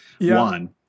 one